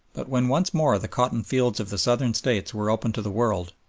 but when once more the cotton fields of the southern states were open to the world,